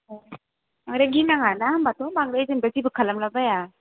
मानि गिनाङा ना होनबाथ' बांद्राय जेन'बा जेबो खालामलाबाया